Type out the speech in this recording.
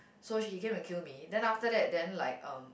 so she came and kill me then after that then like um